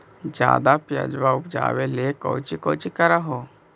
ज्यादा प्यजबा उपजाबे ले कौची कौची कर हो?